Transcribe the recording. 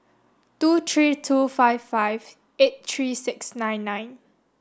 two three two five five eight three six nine nine